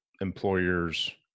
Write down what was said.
employers